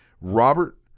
Robert